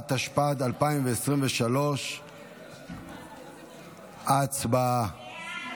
התשפ"ד 2023. הצבעה.